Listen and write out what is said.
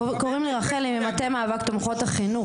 קוראים לי רחל אני ממטה המאבק של תומכות החינוך,